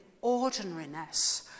ordinariness